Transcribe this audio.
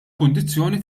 kundizzjoni